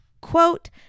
Quote